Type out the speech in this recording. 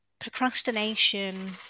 procrastination